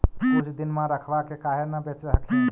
कुछ दिनमा रखबा के काहे न बेच हखिन?